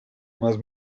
más